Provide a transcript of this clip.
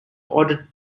ordered